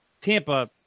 Tampa